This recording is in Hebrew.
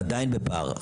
-- עדיין בפער.